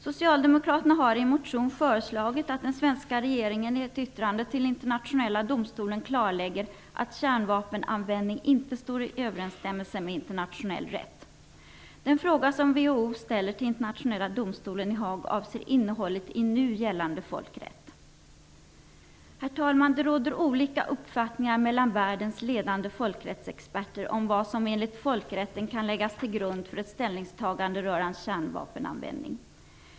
Socialdemokraterna föreslår i en motion att den svenska regeringen i ett yttrande till Internationella domstolen klarlägger att kärnvapenanvändning inte står i överensstämmelse med internationell rätt. Den fråga som WHO ställer till Internationella domstolen i Haag avser innehållet i nu gällande folkrätt. Herr talman! Det råder olika uppfattningar bland världens ledande folkrättsexperter om vad som enligt folkrätten kan läggas till grund för ett ställningstagande rörande kärnvapenanvändning.